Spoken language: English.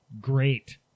Great